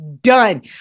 done